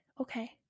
okay